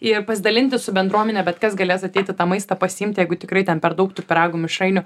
ir pasidalinti su bendruomene bet kas galės ateiti tą maistą pasiimti jeigu tikrai ten per daug tų pyragų mišrainių